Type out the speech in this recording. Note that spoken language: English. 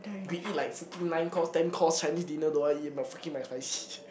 you can eat like freaking nine course ten course Chinese dinner don't want eat but freaking mcsspicy